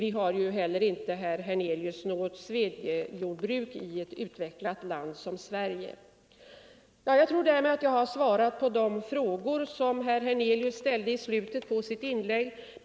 Vi har ju heller inte, herr Hernelius, något svedjebruk i ett utvecklat land som Sverige. Därmed tror jag att jag har svarat på de frågor som herr Hernelius ställde i slutet av sitt inlägg.